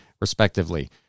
respectively